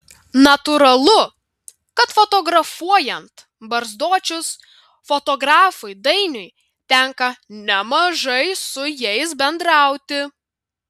natūralu kad fotografuojant barzdočius fotografui dainiui tenka nemažai su jais bendrauti